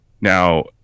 Now